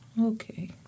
Okay